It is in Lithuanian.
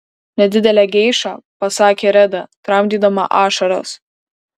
nedidelę geišą pasakė reda tramdydama ašaras